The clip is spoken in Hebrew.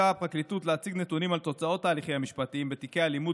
הפרקליטות להציג נתונים על תוצאות ההליכים המשפטיים בתיקי אלימות